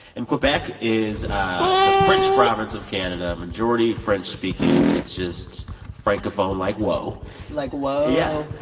and quebec is ah the french province of canada, majority french speaking. it's just francophone like whoa like whoa yeah.